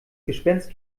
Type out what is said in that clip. gespenst